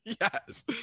yes